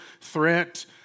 threat